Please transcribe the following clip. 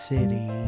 City